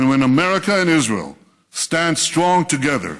and when America and Israel stand strong together,